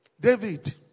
David